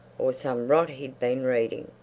or some rot he'd been reading.